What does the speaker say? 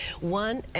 One